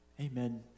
Amen